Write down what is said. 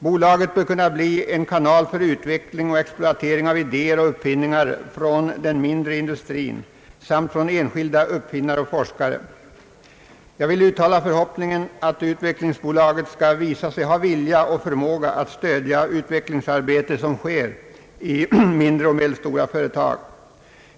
Bolaget bör kunna bli en kanal för utveckling och exploatering av idéer och uppfinningar från den mindre industrin samt från enskilda uppfinnare och forskare. Jag vill uttala förhoppningen att utvecklingsbolaget skall visa sig ha vilja och förmåga att stödja utvecklingsarbete som sker i mindre och medelstora företag.